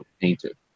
painted